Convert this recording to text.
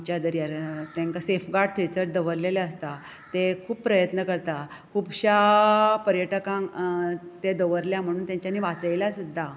आमच्या दर्यार तांकां सेफागर्ड थंयसर दवरलेले आसता ते खूब प्रयत्न करतात खूबशा पर्यटकांक ते दवरल्या म्हणून तांच्यानी वाचयल्या सुद्दां